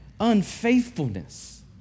unfaithfulness